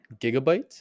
gigabytes